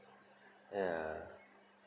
ya